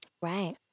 Right